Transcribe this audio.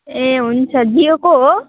ए हुन्छ जियोको हो